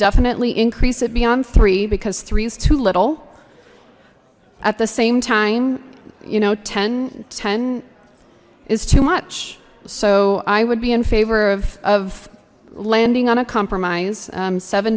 definitely increase it beyond three because three is too little at the same time you know ten ten is too much so i would be in favor of of landing on a compromise seven